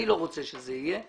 אני לא רוצה שזה יהיה.